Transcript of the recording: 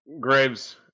Graves